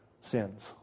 sins